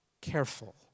careful